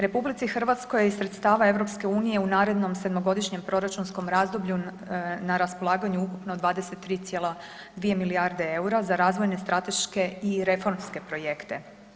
RH je iz sredstava EU u narednom 7-godišnjem proračunskom razdoblju na raspolaganju ukupno 23,2 milijarde EUR-a za razvojne strateške i reformske projekte.